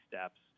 steps